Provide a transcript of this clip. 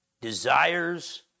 desires